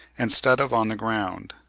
instead of on the ground.